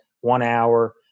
one-hour